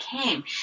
came